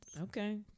Okay